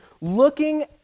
looking